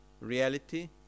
reality